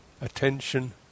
attention